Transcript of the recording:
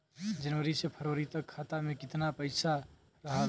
जनवरी से फरवरी तक खाता में कितना पईसा रहल?